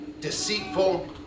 deceitful